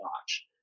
watch